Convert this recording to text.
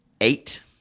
eight